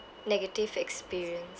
negative experience